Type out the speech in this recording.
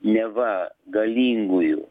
neva galingųjų